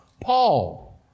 Paul